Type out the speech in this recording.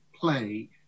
play